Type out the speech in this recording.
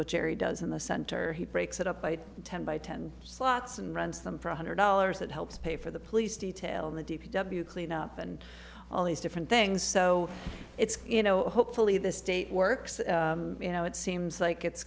what jerry does in the center he breaks it up by ten by ten slots and runs them for one hundred dollars that helps pay for the police detail and the d p w cleanup and all these different things so it's you know hopefully the state works you know it seems like it's